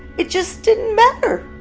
it just didn't matter